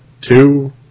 two